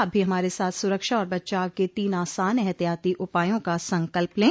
आप भी हमारे साथ सुरक्षा और बचाव के तीन आसान एहतियाती उपायों का संकल्प लें